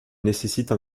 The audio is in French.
nécessite